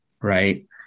Right